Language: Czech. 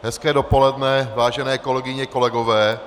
Hezké dopoledne, vážené kolegyně, kolegové.